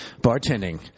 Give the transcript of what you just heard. bartending